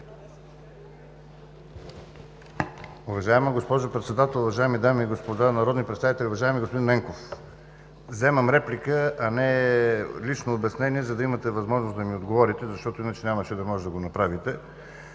възможност да ми отговорите,